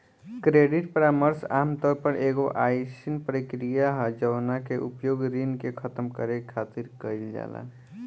credit परामर्श आमतौर पर एगो अयीसन प्रक्रिया ह जवना के उपयोग ऋण के खतम करे खातिर कईल जाला